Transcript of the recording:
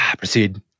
Proceed